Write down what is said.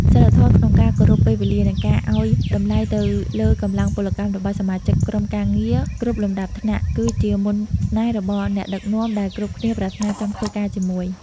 សីលធម៌ក្នុងការគោរពពេលវេលា និងការឱ្យតម្លៃទៅលើកម្លាំងពលកម្មរបស់សមាជិកក្រុមការងារគ្រប់លំដាប់ថ្នាក់ គឺជាមន្តស្នេហ៍របស់អ្នកដឹកនាំដែលគ្រប់គ្នាប្រាថ្នាចង់ធ្វើការជាមួយ។